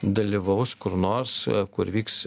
dalyvaus kur nors kur vyks